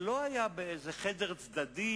זה לא היה באיזה חדר צדדי,